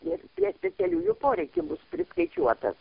kiek prie specialiųjų poreikių bus priskaičiuotas